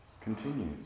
continues